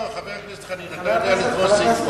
חבר הכנסת חנין, אתה יודע לקרוא סעיפים.